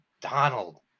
Donald –